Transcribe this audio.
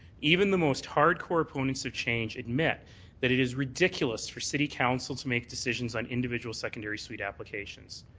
even the most hard-core opponents of change admit that it is ridiculous for city council to make decisions on individual secondary suite applications.